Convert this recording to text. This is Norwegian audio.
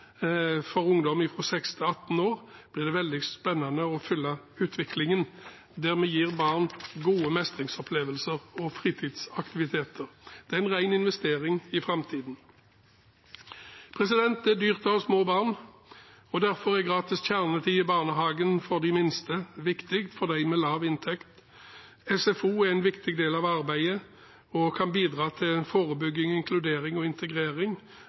for ungdom fra 6 til 18 år. Det blir veldig spennende å følge utviklingen, der vi gir barn gode mestringsopplevelser og fritidsaktiviteter. Det er en ren investering i framtiden. Det er dyrt å ha små barn, og derfor er gratis kjernetid i barnehagen for de minste viktig for dem med lav inntekt. SFO er en viktig del av arbeidet og kan bidra til forebygging, inkludering og integrering